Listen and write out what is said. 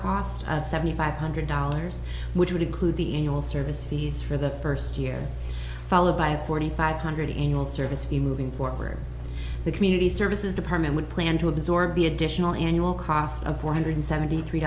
cost at seventy five hundred dollars which would include the annual service fees for the first year followed by a forty five hundred anal service fee moving forward community services department would plan to absorb the additional annual cost of four hundred seventy three